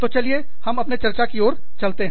तो चलिए हम अपने चर्चा की ओर चलते हैं